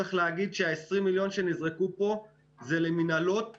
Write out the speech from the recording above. צריך להגיד ש-20 המיליון שנזרקו פה זה למנהלות ולתכנון.